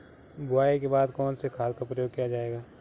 बुआई के बाद कौन से खाद का प्रयोग किया जायेगा?